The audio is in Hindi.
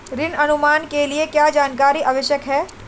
ऋण अनुमान के लिए क्या जानकारी आवश्यक है?